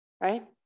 right